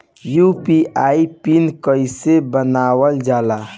UPI pin कइसे बनावल जाला?